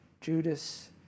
Judas